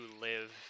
live